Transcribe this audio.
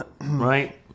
right